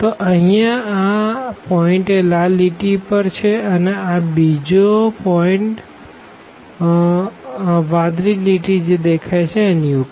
તો અહિયાં આ પોઈન્ટ એ લાલ લીટી પર છે અને આ બીજો પોઈન્ટ વાદળી લીટી પર